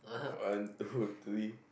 one two three